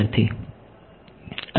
વિદ્યાર્થી